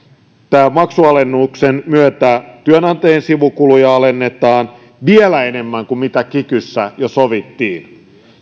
tämän maksualennuksen myötä työnantajien sivukuluja alennetaan vielä enemmän kuin mitä kikyssä jo sovittiin